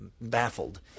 baffled